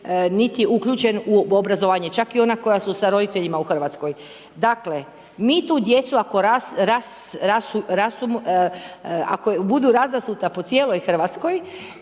niti uključen u obrazovanje. Čak i ona koja su sa roditeljima u Hrvatskoj. Dakle, mi tu djecu ako budu razasuta po cijeloj Hrvatskoj